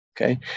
Okay